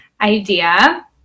idea